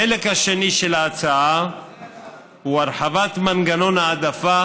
החלק השני של ההצעה הוא הרחבת מנגנון ההעדפה